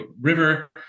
river